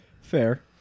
Fair